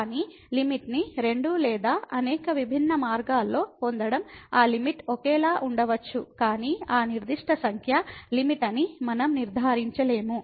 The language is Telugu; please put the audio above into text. కానీ లిమిట్ ని రెండు లేదా అనేక విభిన్న మార్గాల్లో పొందడం ఆ లిమిట్ ఒకేలా ఉండవచ్చు కాని ఆ నిర్దిష్ట సంఖ్య లిమిట్ అని మనం నిర్ధారించలేము